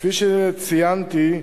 כפי שציינתי,